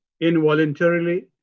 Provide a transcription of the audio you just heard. involuntarily